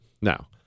now